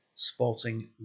sporting